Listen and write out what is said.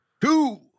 two